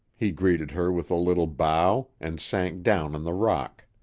he greeted her with a little bow, and sank down on the rock.